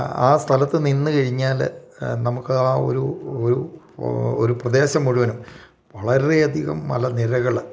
ആ സ്ഥലത്ത് നിന്ന് കഴിഞ്ഞാൽ നമുക്ക് ആ ഒരു ഒരു ഒരു പ്രദേശം മുഴുവനും വളരെ അധികം മല നിരകൾ